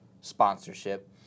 sponsorship